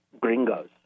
gringos